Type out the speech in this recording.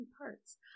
parts